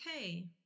okay